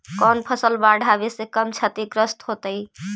कौन फसल बाढ़ आवे से कम छतिग्रस्त होतइ?